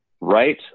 right